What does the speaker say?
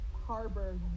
Harbor